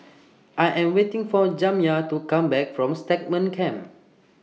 I Am waiting For Jamya to Come Back from Stagmont Camp